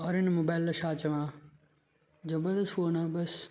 और हिन मोबाइल लाइ छा चवां ज़बरदस्त फोन आहे बसि